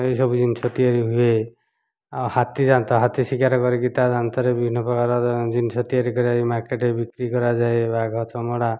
ଏଇସବୁ ଜିନିଷ ତିଆରି ହୁଏ ଆଉ ହାତୀଦାନ୍ତ ହାତୀ ଶିକାର କରିକି ତା' ଦାନ୍ତରେ ବିଭିନ୍ନ ପ୍ରକାର ଜିନିଷ ତିଆରି କରାଯାଇ ମାର୍କେଟରେ ବିକ୍ରି କରାଯାଏ ବାଘ ଚମଡ଼ା